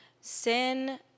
sin